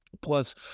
Plus